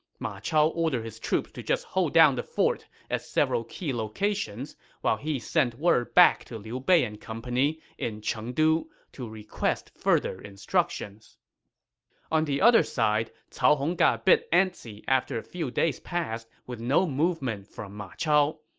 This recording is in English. ma chao ordered his troops to just hold down the fort at several key locations while he sent word back to liu bei and company in chengdu to request further instructions on the other side, cao hong got a bit antsy after a few days passed with no movement from ma chao.